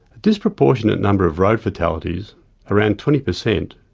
disproportionate number of road fatalities around twenty percent,